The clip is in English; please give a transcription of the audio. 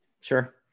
Sure